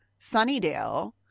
Sunnydale